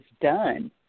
done